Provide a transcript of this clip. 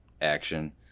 action